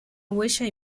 huella